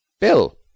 Bill